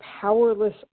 powerless